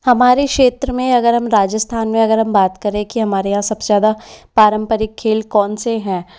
हमारे क्षेत्र में अगर हम राजस्थान में अगर हम बात करें कि हमारे यहाँ सबसे ज़्यादा पारंपरिक खेल कौन से हैं